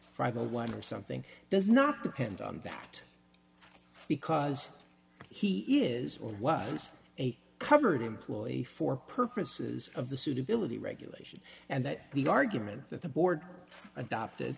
and one or something does not depend on that because he is or was a covered employee for purposes of the suitability regulation and that the argument that the board adopted